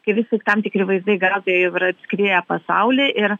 kai vis tik tam tikri vaizdai gazoje jau yra apskrieję pasaulį ir